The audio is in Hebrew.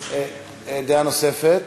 דעה נוספת.